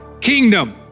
kingdom